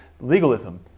legalism